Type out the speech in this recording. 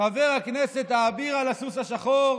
חבר הכנסת האביר על הסוס השחור,